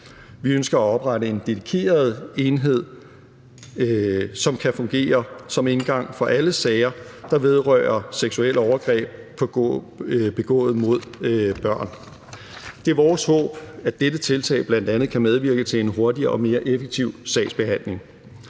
Vi ønsker at oprette en dedikeret enhed, som kan fungere som indgang for alle sager, der vedrører seksuelle overgreb begået mod børn. Det er vores håb, at dette tiltag bl. a. kan medvirke til en hurtigere og mere effektiv sagsbehandling.